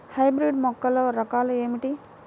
Hybrid మొక్కల రకాలు ఏమిటీ?